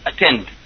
attend